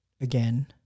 again